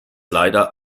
leider